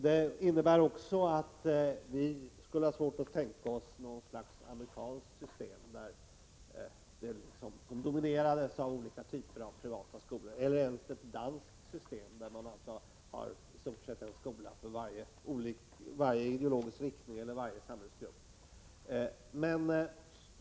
Det innebär också att vi skulle ha svårt att tänka oss något slags amerikanskt skolsystem, som dominerades av olika typer av privata skolor, eller ens ett danskt system, där man hade i stort sett en skola för varje ideologisk riktning eller varje samhällsgrupp.